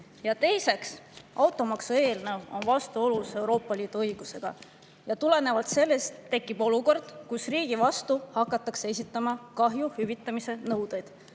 Ja teiseks on automaksu eelnõu vastuolus Euroopa Liidu õigusega. Tulenevalt sellest tekib olukord, kus riigi vastu hakatakse esitama kahju hüvitamise nõudeid.